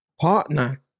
partner